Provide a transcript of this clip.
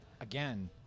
again